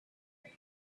and